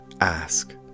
Ask